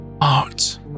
art